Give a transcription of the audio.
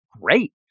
great